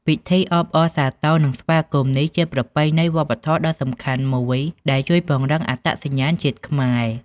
ពិធីអបអរសាទរ និងស្វាគមន៍នេះជាប្រពៃណីវប្បធម៌ដ៏សំខាន់មួយ ដែលជួយពង្រឹងអត្តសញ្ញាណជាតិខ្មែរ។